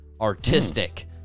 artistic